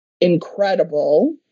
incredible